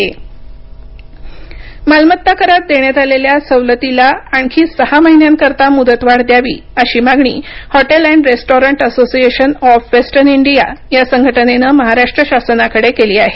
hotel चालक मालमत्ता करात देण्यात आलेल्या सवलतीला आणखी सहा महिन्यांकरिता मुदतवाढ द्यावी अशी मागणी Hotel and Restaurant Association of Western India या संघटनेनं महाराष्ट्र शासनाकडे केली आहे